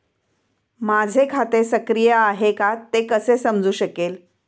माझे खाते सक्रिय आहे का ते कसे समजू शकेल?